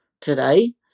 today